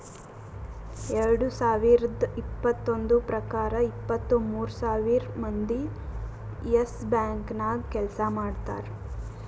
ಎರಡು ಸಾವಿರದ್ ಇಪ್ಪತ್ತೊಂದು ಪ್ರಕಾರ ಇಪ್ಪತ್ತು ಮೂರ್ ಸಾವಿರ್ ಮಂದಿ ಯೆಸ್ ಬ್ಯಾಂಕ್ ನಾಗ್ ಕೆಲ್ಸಾ ಮಾಡ್ತಾರ್